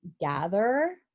Gather